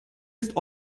ist